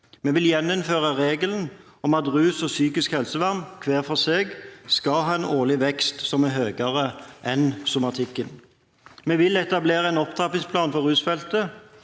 Vi vil gjeninnføre regelen om at rus og psykisk helsevern, hver for seg, skal ha en årlig vekst som er høyere enn innenfor somatikken. Vi vil etablere en opptrappingsplan for rusfeltet,